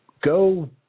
go